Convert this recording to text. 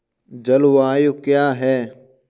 जलवायु क्या है?